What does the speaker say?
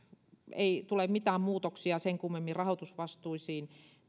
ei tule mitään muutoksia sen kummemmin rahoitusvastuisiin